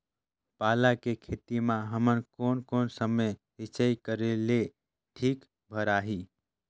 पाला के खेती मां हमन कोन कोन समय सिंचाई करेले ठीक भराही?